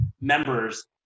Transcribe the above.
members